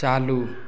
चालू